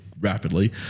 rapidly